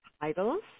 titles